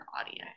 audience